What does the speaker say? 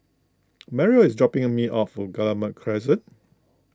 Mario is dropping me off Guillemard Crescent